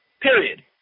Period